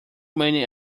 many